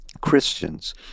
Christians